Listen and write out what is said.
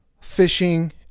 fishing